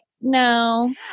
no